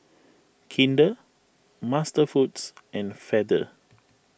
Kinder MasterFoods and Feather